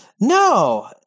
no